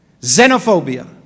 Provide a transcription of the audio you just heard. xenophobia